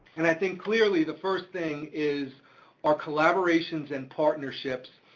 and i think clearly, the first thing is our collaborations and partnerships,